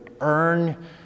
earn